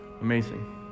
amazing